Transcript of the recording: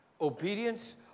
Obedience